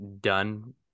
done